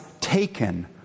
taken